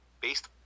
based